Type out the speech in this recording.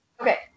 okay